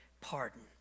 pardon